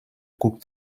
coupe